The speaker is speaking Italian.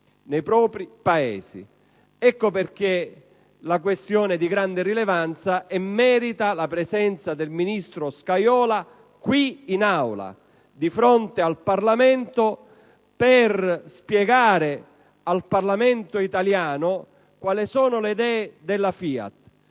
nei propri Paesi. Ecco perché la questione è di grande rilevanza e merita la presenza del ministro Scajola qui in Aula, di fronte al Parlamento, per spiegare al Parlamento italiano quali sono le idee della FIAT.